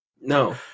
No